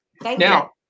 Now